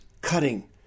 cutting